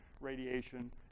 Radiation